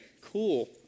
Cool